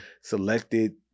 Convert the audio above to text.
Selected